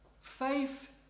Faith